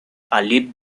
ali